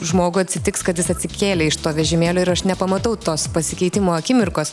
žmogui atsitiks kad jis atsikėlė iš to vežimėlio ir aš nepamatau tos pasikeitimo akimirkos